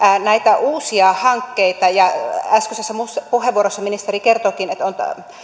näitä uusia hankkeita ja äskeisessä puheenvuorossa ministeri kertoikin että on